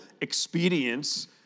expedience